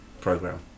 program